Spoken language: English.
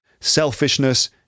selfishness